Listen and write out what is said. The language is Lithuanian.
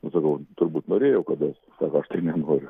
nu sakau turbūt norėjau kad esu sako aš tai nenoriu